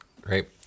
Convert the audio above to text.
Great